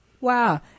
Wow